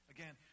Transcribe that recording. Again